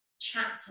chapter